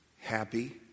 happy